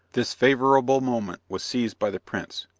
this favourable moment was seized by the prince,